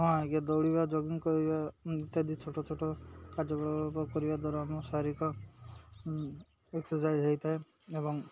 ହଁ ଆଜ୍ଞା ଦୌଡ଼ିବା ଜଗିଙ୍ଗ କରିବା ଇତ୍ୟାଦି ଛୋଟ ଛୋଟ କାର୍ଯ୍ୟପ କରିବା ଦ୍ୱାରା ଆମ ଶାରୀରିକ ଏକ୍ସସାଇଜ୍ ହେଇଥାଏ ଏବଂ